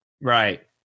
Right